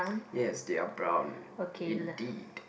yes they are brown indeed